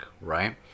right